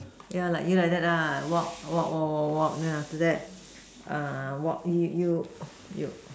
yeah like you like that walk walk walk walk walk then after that err walk you you you